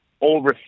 over